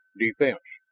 defense.